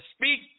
speak